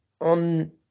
on